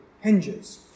hinges